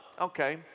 Okay